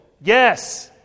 Yes